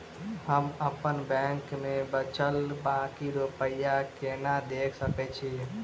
हम अप्पन बैंक मे बचल बाकी रुपया केना देख सकय छी?